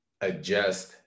adjust